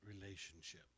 relationship